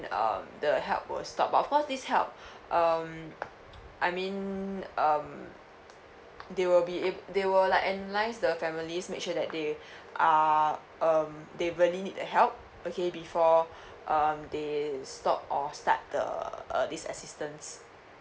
uh the help will stop but of course this help um I mean um they will be ape they will like analyse the families make sure that they are um they really need the help okay before um they stop or start the uh this assistance